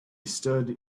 stood